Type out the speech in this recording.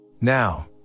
Now